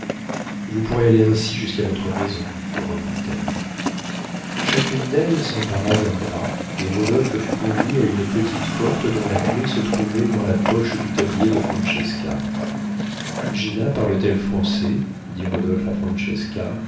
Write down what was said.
vous pourrez aller ainsi jusqu'à votre maison reprit-elle chacune d'elles s'empara d'un bras et rodolphe fut conduit à une petite porte dont la clef se trouvait dans la poche du tablier de francesca gina parle-t-elle français dit rodolphe à